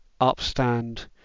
upstand